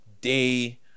day